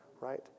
Right